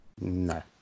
No